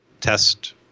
Test